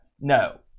no